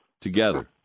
Together